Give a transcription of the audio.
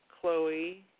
Chloe